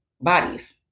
bodies